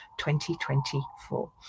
2024